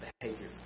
behavior